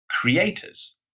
creators